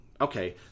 okay